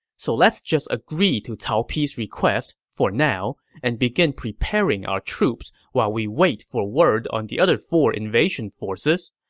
so let's just agree to cao pi's request for now and begin preparing our troops while we wait for word on the other four invasion forces.